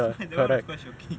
so I that [one] is quite shocking